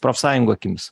profsąjungų akimis